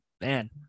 man